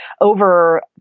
over